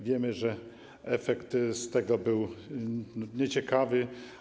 Wiemy, że efekt tego był nieciekawy.